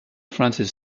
francis